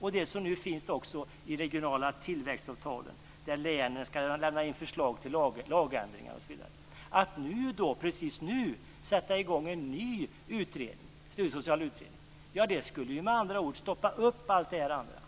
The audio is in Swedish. och det som nu också finns i regionala tillväxtavtal, där länen skall lämna in förslag till lagändringar. Att precis nu sätta i gång en ny studiesocial utredning skulle med andra ord stoppa upp allt det andra.